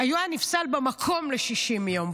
היה נפסל במקום ל-60 יום.